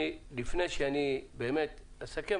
לפני שאסכם,